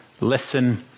listen